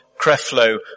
Creflo